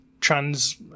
trans